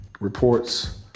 reports